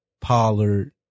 Pollard